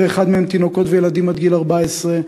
101 מהם תינוקות וילדים עד גיל 14,